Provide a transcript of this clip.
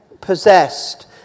possessed